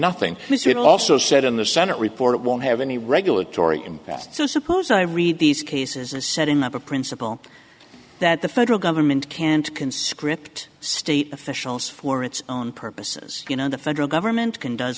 nothing also said in the senate report it won't have any regulatory impact so suppose i read these cases and setting up a principle that the federal government can't conscript state officials for its own purposes you know the federal government can does